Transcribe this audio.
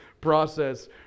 process